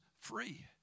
free